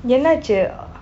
என்னாச்சு:ennachu